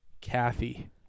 Kathy